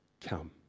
come